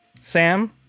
sam